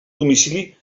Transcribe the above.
domicili